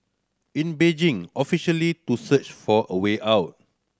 in Beijing officially to search for a way out